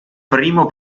primo